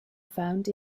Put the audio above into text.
found